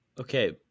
Okay